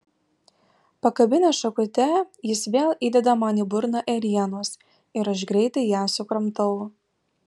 pakabinęs šakute jis vėl įdeda man į burną ėrienos ir aš greitai ją sukramtau